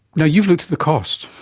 you know you've looked at the cost.